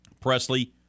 Presley